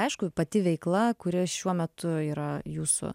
aišku pati veikla kuri šiuo metu yra jūsų